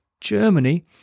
Germany